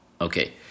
Okay